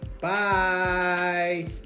Bye